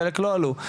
חלק מהם לא עלו.